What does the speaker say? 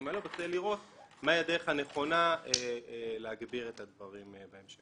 האלו בכדי לראות מה היא הדרך הנכונה להגביר את הדברים בהמשך.